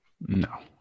no